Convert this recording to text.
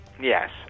Yes